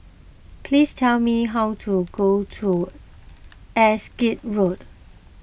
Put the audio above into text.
please tell me how to go to Erskine Road